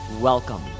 Welcome